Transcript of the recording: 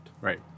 Right